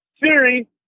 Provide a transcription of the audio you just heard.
Siri